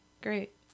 Great